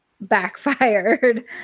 backfired